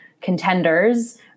contenders